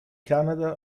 canada